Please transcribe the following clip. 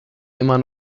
immer